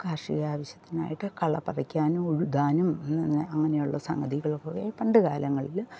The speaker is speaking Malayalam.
കാർഷികാവശ്യത്തിനായിട്ട് കള പറിക്കാനും ഉഴുതാനും അങ്ങനെ അങ്ങനെയുള്ള സംഗതികളൊക്കെ പണ്ടുകാലങ്ങളിൽ